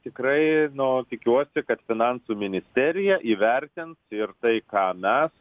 tikrai nu tikiuosi kad finansų ministerija įvertins ir tai ką mes